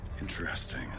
Interesting